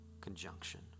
conjunction